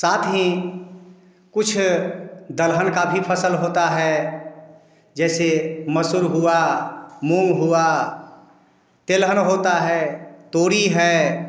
साथ में कुछ दलहन का भी फ़सल होता है जैसे मसूर हुआ मूँग हुआ तिलहन होता है तोरी है